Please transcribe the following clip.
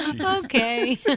okay